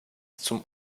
zum